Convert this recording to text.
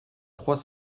trois